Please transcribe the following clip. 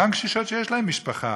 גם קשישות שיש להן משפחה.